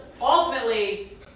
ultimately